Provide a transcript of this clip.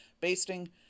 basting